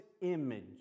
image